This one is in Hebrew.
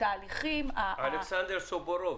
-- אלכסנדר סובורוב